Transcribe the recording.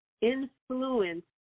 influence